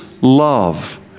love